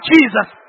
Jesus